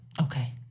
Okay